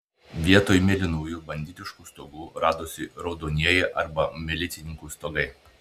vietoj mėlynųjų banditiškų stogų radosi raudonieji arba milicininkų stogai